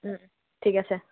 ওম ঠিক আছে